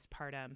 postpartum